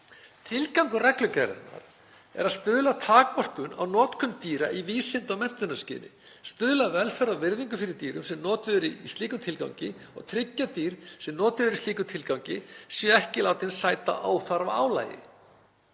Tilgangur reglugerðarinnar er að stuðla að takmörkun á notkun dýra í vísinda- og menntunarskyni, stuðla að velferð og virðingu fyrir dýr sem notuð eru í slíkum tilgangi, og að tryggja að dýr sem notuð eru í slíkum tilgangi séu ekki látin sæta óþarfa álagi.